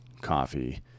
coffee